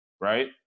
right